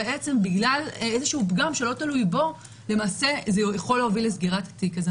פגם שלא תלוי בו יכול להוביל לסגירת התיק הזה.